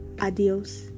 Adios